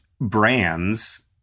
brands